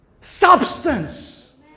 Substance